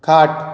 खाट